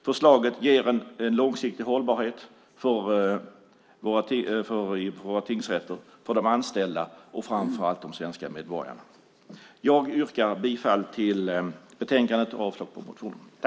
Förslaget ger en långsiktig hållbarhet för våra tingsrätter, för de anställda och framför allt för de svenska medborgarna. Jag yrkar bifall till förslaget i betänkandet och avslag på motionerna.